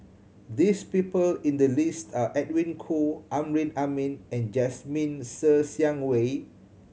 this people in the list are Edwin Koo Amrin Amin and Jasmine Ser Xiang Wei